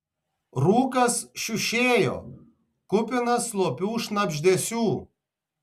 rūkas šiušėjo kupinas slopių šnabždesių